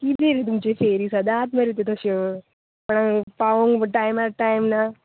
कितें रे तुमच्यो फेरी सदांच मरे त्यो तश्यो हय पावोवंक टायमार टायम ना